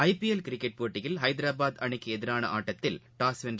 ஐ P L cricket போட்டியில் ஹைதராபாத் அணிக்கு எதிரான ஆட்டத்தில் டாஸ் வென்ற